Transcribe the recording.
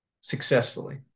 successfully